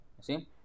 see